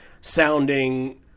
sounding